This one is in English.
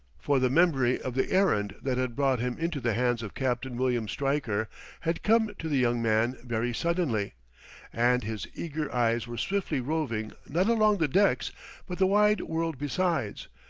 for the memory of the errand that had brought him into the hands of captain william stryker had come to the young man very suddenly and his eager eyes were swiftly roving not along the decks but the wide world besides,